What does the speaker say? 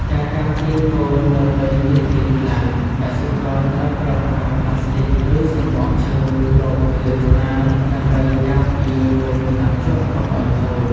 ការការពារកូន នៅពេលមានភ្លៀងខ្លាំង កសិករត្រូវប្រើប្រាស់ប្លាស្ទិក ឬសម្បកឈើគ្របពីលើថ្នាលដើម្បីការពារកូនថ្នាំជក់កុំឱ្យខូច។